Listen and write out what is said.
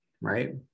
Right